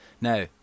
Now